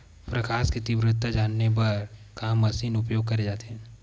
प्रकाश कि तीव्रता जाने बर का मशीन उपयोग करे जाथे?